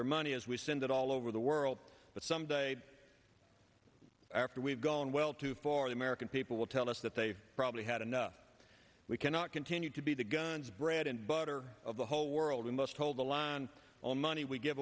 their money as we send it all over the world but some day after we've gone well too far the american people will tell us that they probably had enough we cannot continue to be the guns bread and butter of the whole world we must hold the line on all money we give